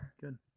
Good